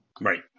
Right